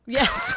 yes